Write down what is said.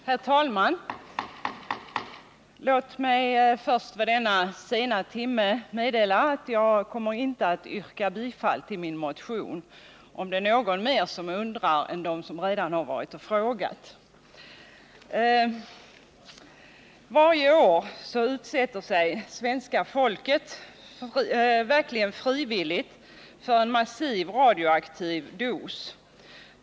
Herr talman! Låt mig inledningsvis vid denna sena timme meddela att jag inte kommer att yrka bifall till min motion, om det nu är några fler som undrar än de som redan har varit och frågat mig. Varje år utsätter sig svenska folket verkligen frivilligt för en massiv radioaktiv dos.